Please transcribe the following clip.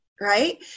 Right